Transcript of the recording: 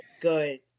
good